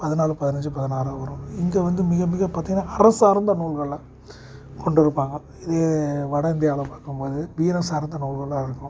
பதினாலு பதினஞ்சு பதினாறு வரும் இங்கே வந்து மிக மிக பார்த்தீங்கன்னா அறம் சார்ந்த நூல்கள் எல்லாம் கொண்டு வைப்பாங்க இது வட இந்தியாவில் பார்க்கும்போது வீர சார்ந்த நூல்களாக இருக்கும்